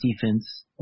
defense